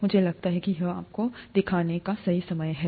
मुझे लगता है कि यह आपको दिखाने का सही समय है